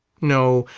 no,